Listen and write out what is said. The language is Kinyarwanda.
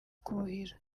kuhira